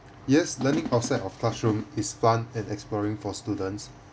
yes learning outside of classroom is fun and exploring for students